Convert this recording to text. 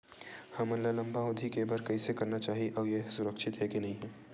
हमन ला लंबा अवधि के बर कइसे करना चाही अउ ये हा सुरक्षित हे के नई हे?